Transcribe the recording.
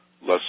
Less